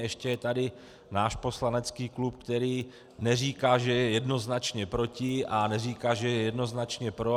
Ještě je tady náš poslanecký klub, který neříká, že je jednoznačně proti, a neříká, že je jednoznačně pro.